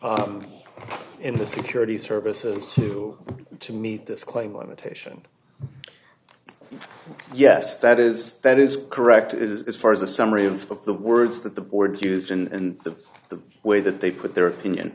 in the security services to to meet this claim limitation yes that is that is correct is far is a summary of the words that the board used and the way that they put their opinion